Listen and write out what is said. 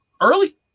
Early